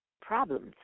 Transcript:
problems